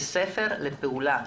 כספר לפעולה.